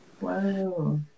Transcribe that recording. Wow